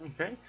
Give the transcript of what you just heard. Okay